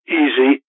easy